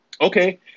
Okay